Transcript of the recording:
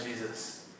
Jesus